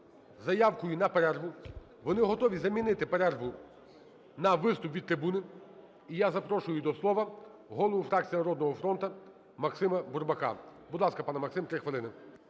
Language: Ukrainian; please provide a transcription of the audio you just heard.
заявкою на перерву. Вони готові замінити перерву на виступ від трибуни. І я запрошую до слова голову фракції "Народного фронту" Максима Бурбака. Будь ласка, пане Максим, 3 хвилини.